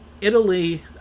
Italy